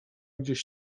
gdzieś